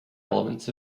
elements